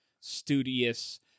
studious